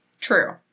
True